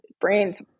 brains